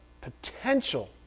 potential